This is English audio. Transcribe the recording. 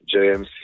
JMC